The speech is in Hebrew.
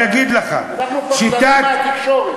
אני אגיד לך: שיטת, אנחנו פחדנים מהתקשורת.